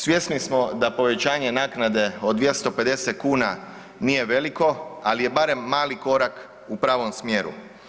Svjesni smo da povećanje naknade od 250 kuna nije veliko, ali je barem mali korak u pravom smjeru.